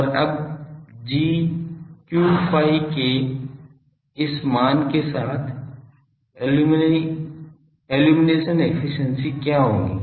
और अब gq ϕ के इस मान के साथ इल्लुमिनेशन एफिशिएंसी क्या होगी